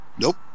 Nope